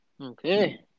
Okay